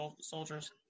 soldiers